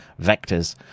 vectors